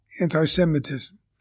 anti-Semitism